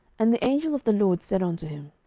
and the angel of the lord said unto him,